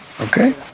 Okay